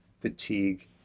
fatigue